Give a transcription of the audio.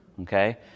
Okay